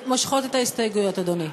מושכות את ההסתייגויות, אדוני.